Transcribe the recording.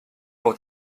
pour